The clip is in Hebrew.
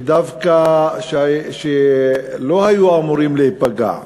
ודווקא כאלה שלא היו אמורים להיפגע,